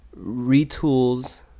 retools